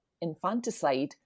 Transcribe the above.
infanticide